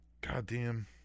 goddamn